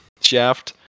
shaft